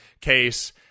case